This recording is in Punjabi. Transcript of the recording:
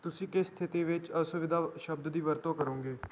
ਤੁਸੀਂ ਕਿਸ ਸਥਿਤੀ ਵਿੱਚ ਅਸੁਵਿਧਾ ਸ਼ਬਦ ਦੀ ਵਰਤੋਂ ਕਰੋਗੇ